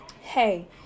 hey